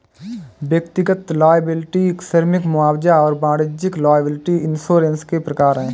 व्यक्तिगत लॉयबिलटी श्रमिक मुआवजा और वाणिज्यिक लॉयबिलटी इंश्योरेंस के प्रकार हैं